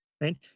right